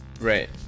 Right